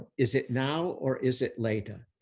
is it now? or is it later?